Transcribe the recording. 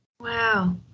Wow